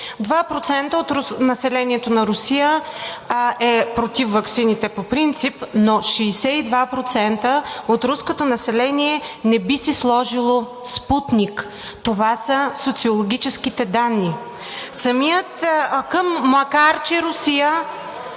2% от населението на Русия е против ваксините по принцип, но 62% от руското население не би си сложило „Спутник“. Това са социологическите данни. Макар че Русия